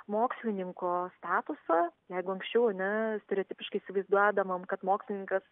mokslininko statusą jeigu anksčiau ar ne stereotipiškai įsivaizduodavom kad mokslininkas